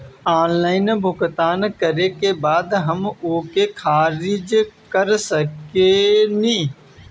Online भुगतान करे के बाद हम ओके खारिज कर सकेनि?